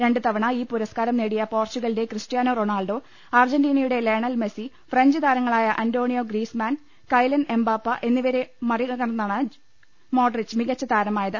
രണ്ട് തവണ ഈ പുരസ്കാരം നേടിയ പോർച്ചുഗലിന്റെ ക്രിസ്റ്റ്യാനോ റൊണാൾഡോ അർജന്റീനയുടെ ലയണൽ മെസ്റ്റി ഫ്രഞ്ച് താരങ്ങ ളായ അന്റോണിയോ ഗ്രീസ്മാൻ കൈലൻ എംബാപ്പ എന്നിവരെ മറികടന്നാണ് മോഡ്രിച്ച് മികച്ച താരമായത്